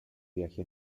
viaje